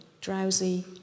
drowsy